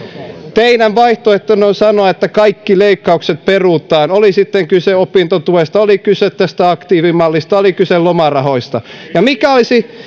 teidän vaihtoehtonne on sanoa että kaikki leikkaukset perutaan oli sitten kyse opintotuesta oli kyse tästä aktiivimallista oli kyse lomarahoista